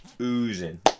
oozing